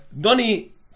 Donny